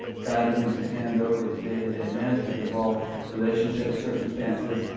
guiding him to hand over the day-to-day management of all relationships, circumstances,